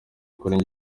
kuri